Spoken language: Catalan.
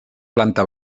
planta